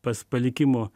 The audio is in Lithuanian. pas palikimo